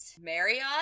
Marriott